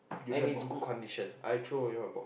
and it's good condition I throw away one ball